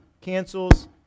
cancels